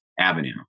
avenue